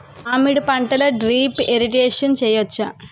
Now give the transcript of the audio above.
మామిడి పంటలో drip irrigation చేయచ్చా?